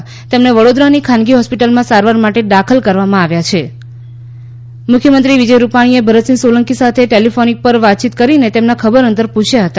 તક્ષનાવડોદરાની ખાનગી હોસ્પિટલમાં સારવાર માટે દાખલ કરવામાં આવ્યા છઃ મુખ્યમંત્રી શ્રી વીજય રૂપાણીએ ભરતસિંહ સોલંકી સાથાટેલીફોન ઉપર વાતચીત કરીના તામના ખબર અંતર પુછયા હતા